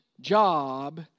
job